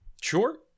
sure